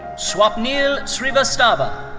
swapnil srivastava.